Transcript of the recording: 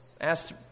asked